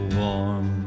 warm